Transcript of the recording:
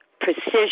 precision